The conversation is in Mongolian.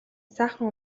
сайхан